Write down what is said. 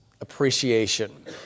appreciation